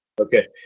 okay